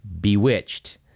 Bewitched